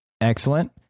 Excellent